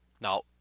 Now